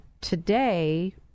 today